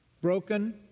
broken